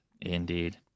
Indeed